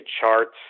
charts